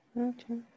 Okay